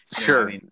Sure